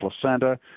placenta